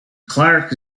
clark